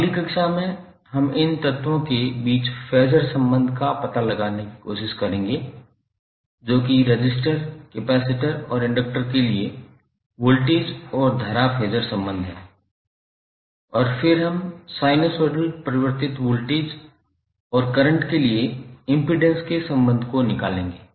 अगली कक्षा में हम इन तत्वों के बीच फेज़र संबंध का पता लगाने की कोशिश करेंगे जो कि रेसिस्टर् कैपेसिटर और इंडकटर् के लिए वोल्टेज और धारा फेज़र संबंध है और फिर हम साइनसोइडल परिवर्तित वोल्टेज और करंट के लिए एम्पीडेन्स के संबंध को निकालेंगे